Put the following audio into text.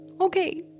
okay